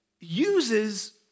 uses